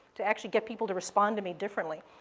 to actually get people to respond to me differently.